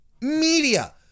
media